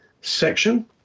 section